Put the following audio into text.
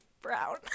Brown